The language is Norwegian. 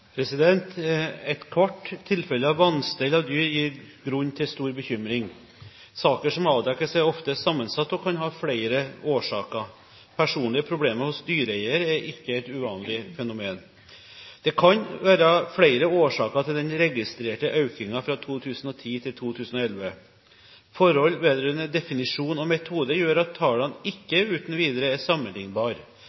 tilfelle av vanstell av dyr gir grunn til stor bekymring. Saker som avdekkes, er ofte sammensatt og kan ha flere årsaker. Personlige problemer hos dyreeier er ikke et uvanlig fenomen. Det kan være flere årsaker til den registrerte økningen fra 2010 til 2011. Forhold vedrørende definisjon og metode gjør at tallene ikke